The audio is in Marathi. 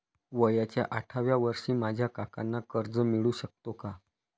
वयाच्या साठाव्या वर्षी माझ्या काकांना कर्ज मिळू शकतो का?